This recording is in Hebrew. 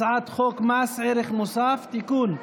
הצעת חוק מס ערך מוסף (תיקון,